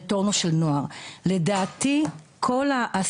כשכל שכבת גיל,